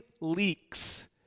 leaks